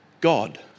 God